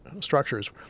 structures